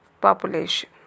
population